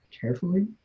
carefully